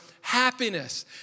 happiness